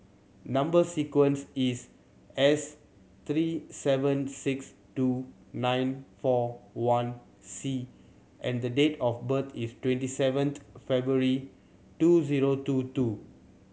number sequence is S three seven six two nine four one C and the date of birth is twenty seventh February two zero two two